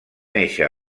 néixer